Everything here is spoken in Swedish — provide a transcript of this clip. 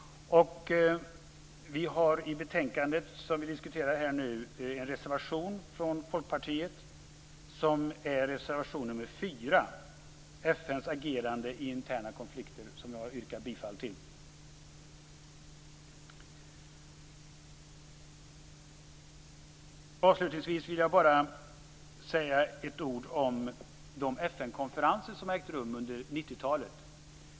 Det finns i betänkandet som vi här diskuterar en reservation från Folkpartiet. Det är reservation 4, FN:s agerande i interna konflikter. Jg yrkar bifall till den. Avslutningsvis vill jag bara säga ett ord om de FN-konferenser som har ägt rum under 90-talet.